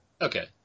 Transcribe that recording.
Okay